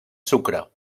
sucre